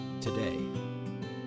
today